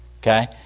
Okay